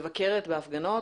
אני יוצאת לשטח, מבקרת בהפגנות,